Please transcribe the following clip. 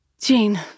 Jean